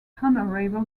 honourable